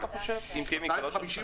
האם אתה חושב שיפתחו?